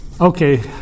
okay